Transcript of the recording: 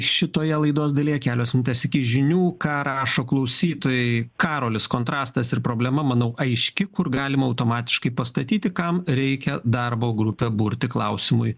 šitoje laidos dalyje kelios minutės iki žinių ką rašo klausytojai karolis kontrastas ir problema manau aiški kur galima automatiškai pastatyti kam reikia darbo grupę burti klausimui